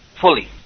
fully